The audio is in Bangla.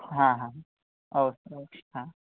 হ্যাঁ হ্যাঁ অবশ্যই হ্যাঁ